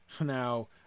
now